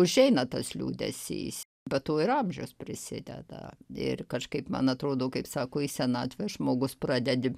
užeina tas liūdesys be to ir amžius prisideda ir kažkaip man atrodo kaip sako į senatvę žmogus pradedi